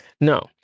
no